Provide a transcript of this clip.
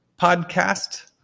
podcast